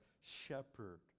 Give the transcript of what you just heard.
shepherd